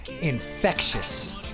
infectious